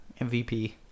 MVP